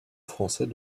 français